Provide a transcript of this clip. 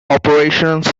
operations